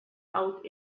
out